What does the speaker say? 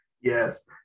Yes